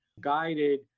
guided